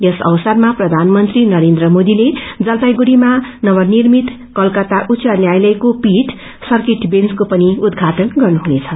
यस अवसरमा प्रधानमन्त्री नरेन्दइ मोदले जलपाइगढीमा नवनिर्मित कलकता उच्च न्यायालयको पीठ सर्किट बेंच को पनि उद्घाटन गर्नु हुनेछ